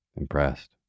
impressed